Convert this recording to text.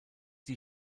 die